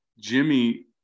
Jimmy